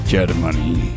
Germany